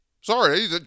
Sorry